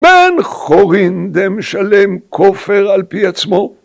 בין חורין משלם כופר על פי עצמו.